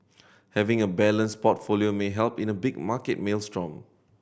having a balanced portfolio may help in a big market maelstrom